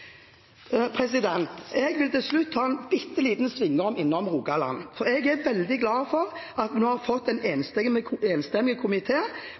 snudde. Jeg vil til slutt ta en bitte liten sving innom Rogaland, for jeg er veldig glad for at vi nå har fått en enstemmig komité til å be regjeringen se på mulighetene for en